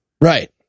Right